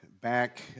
back